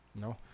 No